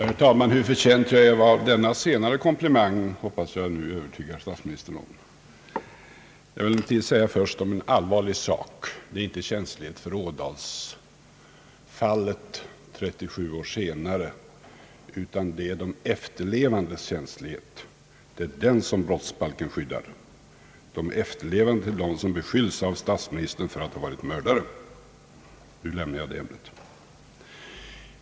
Herr talman! Hur förtjänt jag är av denna senare komplimang hoppas jag att jag nu har övertygat herr statsministern om. Jag vill emellertid först säga några ord om en allvarlig sak. Det är inte känslighet för Ådalsfallet 37 år senare, utan det är de efterlevandes känslighet som brottsbalken skyddar. De är efterlevande av dem som av herr statsministern beskylls för att vara mördare. Nu lämnar jag det ämnet.